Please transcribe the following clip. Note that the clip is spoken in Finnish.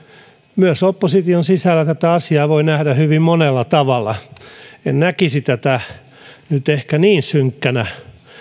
myös opposition sisällä tämän asian voi nähdä hyvin monella tavalla en näkisi tätä nyt ehkä niin synkkänä